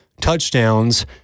touchdowns